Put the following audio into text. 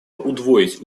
удвоить